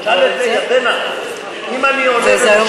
תשאל את ירדנה: אם אני עולה ומשיב,